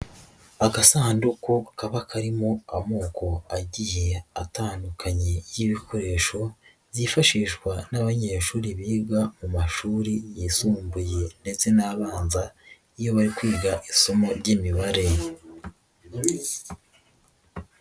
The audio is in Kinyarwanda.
Agasanduku kaba karimo amoko agiye atandukanye y'ibikoresho, byifashishwa n'abanyeshuri biga mu mashuri yisumbuye ndetse n'abanza iyo bari kwiga isomo ry'imibare.